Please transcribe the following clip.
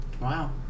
Wow